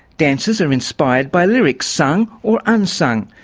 dancers are inspired by lyrics, sung or unsung,